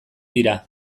dira